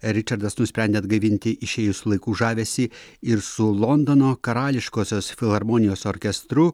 ričardas nusprendė atgaivinti išėjusių laikų žavesį ir su londono karališkosios filharmonijos orkestru